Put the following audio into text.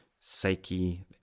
psyche